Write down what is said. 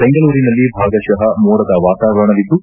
ಬೆಂಗಳೂರಿನಲ್ಲಿ ಭಾಗಶಃ ಮೋಡದ ವಾತಾವರಣವಿದ್ದು